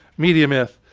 media myth.